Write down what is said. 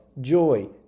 joy